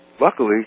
luckily